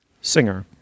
singer